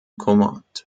commente